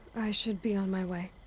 i should be on my way.